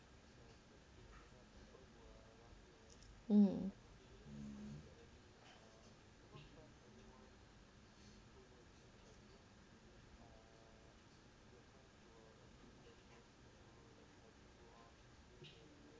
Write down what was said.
mm